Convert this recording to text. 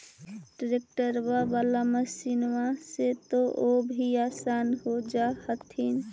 ट्रैक्टरबा बाला मसिन्मा से तो औ भी आसन हो जा हखिन?